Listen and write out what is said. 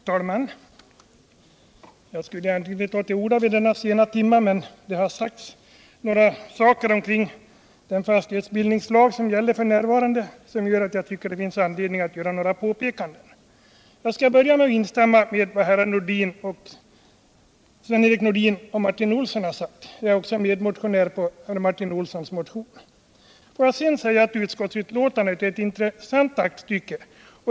Herr talman! Jag skulle egentligen inte ta till orda i denna sena timme, men några saker som har yttrats omkring den fastighetsbildningslag som gäller f. n. gör att det finns anledning till några påpekanden. Jag skall börja med att instämma i vad Sven-Erik Nordin och Martin Olsson har sagt. Jag är också medmotionär på Martin Olssons motion. Får jag sedan säga att utskottsbetänkandet är ett intressant aktstycke.